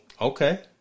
okay